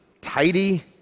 tidy